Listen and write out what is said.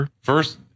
First